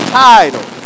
title